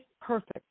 perfect